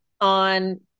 on